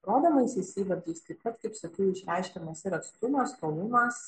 rodomaisiais įvardžiais taip pat kaip sakiau išreiškiamas ir atstumas tolumas